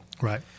Right